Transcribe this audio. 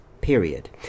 period